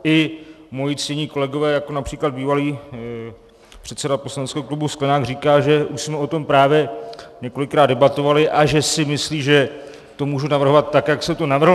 I moji ctění kolegové, jako například bývalý předseda poslaneckého klubu Sklenák říká, že už jsme o tom právě několikrát debatovali a že si myslí, že to můžu navrhovat tak, jak jsem to navrhl.